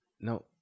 No